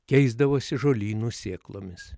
keisdavosi žolynų sėklomis